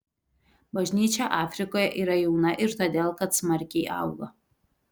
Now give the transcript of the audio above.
bažnyčia afrikoje yra jauna ir todėl kad smarkiai auga